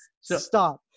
stop